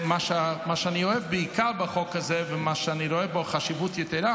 מה שאני אוהב בעיקר בחוק הזה ומה שאני רואה בו חשיבות יתרה,